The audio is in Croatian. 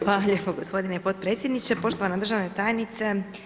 Hvala lijepo gospodine podpredsjedniče, poštovana državna tajnice.